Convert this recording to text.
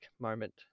moment